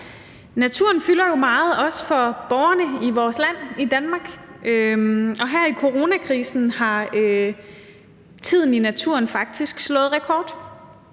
Naturen fylder jo meget, også for borgerne i vores land, og her i coronakrisen har den tid, man har brugt i naturen, faktisk slået rekord.